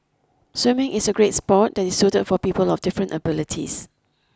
swimming is a great sport that is suited for people of different abilities